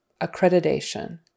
Accreditation